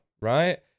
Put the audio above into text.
right